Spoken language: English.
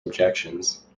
objections